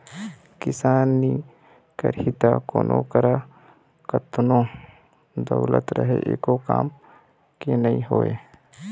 किसान नी रही त कोनों करा कतनो दउलत रहें एको काम के नी होय